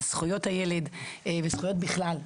זכויות הילד וזכויות בכלל,